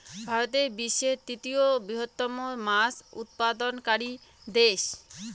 ভারত বিশ্বের তৃতীয় বৃহত্তম মাছ উৎপাদনকারী দেশ